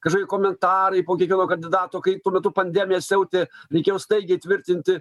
kažkokie komentarai po kiekvieno kandidato kai tuo metu pandemija siautė reikėjo staigiai tvirtinti